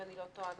אם אני לא טועה,